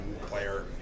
player